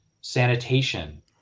Sanitation